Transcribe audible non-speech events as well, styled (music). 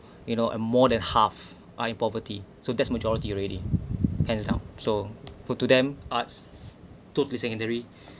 (breath) you know a more than half are in poverty so that's majority already hands down so to to them arts totally secondary (breath)